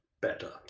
better